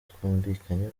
twumvikanye